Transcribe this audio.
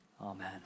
Amen